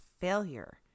failure